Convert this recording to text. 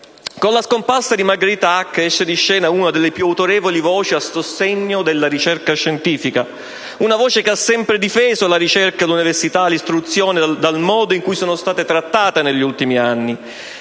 Con la scomparsa di Margherita Hack esce di scena una delle più autorevoli voci a sostegno della ricerca scientifica, una voce che ha sempre difeso la ricerca, l'università e l'istruzione dal modo in cui sono state trattate negli ultimi anni.